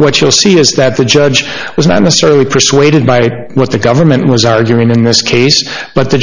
what you'll see is that the judge was not necessarily persuaded by what the government was arguing in this case but the